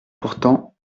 pourtant